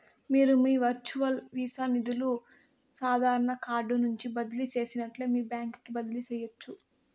మీరు మీ virtual visa నిదులు సాదారన కార్డు నుంచి బదిలీ చేసినట్లే మీ బాంక్ కి బదిలీ చేయచ్చు